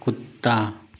कुत्ता